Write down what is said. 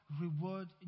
reward